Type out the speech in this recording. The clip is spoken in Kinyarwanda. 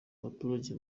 baturage